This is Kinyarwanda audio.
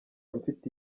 mfite